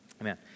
Amen